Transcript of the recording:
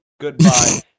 Goodbye